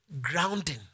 grounding